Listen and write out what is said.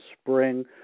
spring